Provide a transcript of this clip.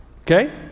Okay